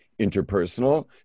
interpersonal